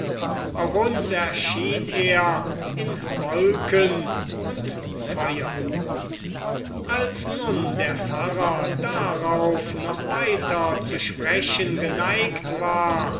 auch uns erschien er in wolken und feuer als nun der pfarrer darauf noch weiter zu sprechen geneigt war